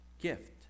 gift